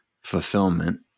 fulfillment